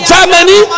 Germany